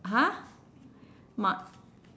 !huh! mo~